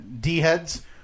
D-heads